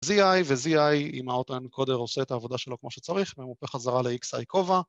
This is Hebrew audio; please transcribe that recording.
ZI ו-ZI עם ה-Encoder עושה את העבודה שלו כמו שצריך, והיא מופיעה חזרה ל-XI כובע